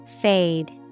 Fade